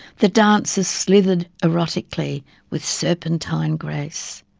the dancers slithered erotically with serpentine grace.